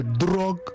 drug